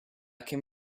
can